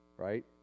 Right